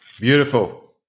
Beautiful